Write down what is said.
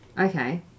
Okay